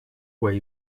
where